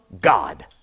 God